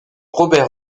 robert